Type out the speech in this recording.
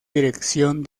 dirección